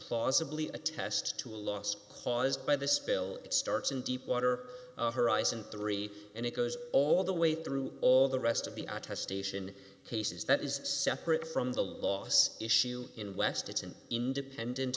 plausibly attest to a loss caused by the spill it starts in deepwater horizon three and it goes all the way through all the rest of the attestation cases that is separate from the loss issue in west it's an independent